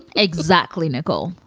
exactly. nicole.